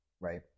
Right